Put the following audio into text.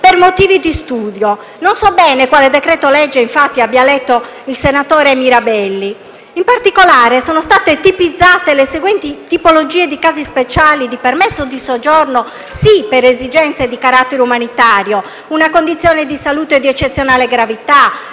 per motivi di studio. Dunque non so bene quale decreto-legge abbia letto il senatore Mirabelli. In particolare, sono state tipizzate le seguenti tipologie di casi speciali di permesso di soggiorno per esigenze di carattere umanitario: una condizione di salute di eccezionale gravità;